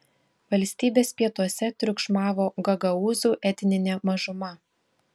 valstybės pietuose triukšmavo gagaūzų etninė mažuma